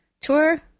tour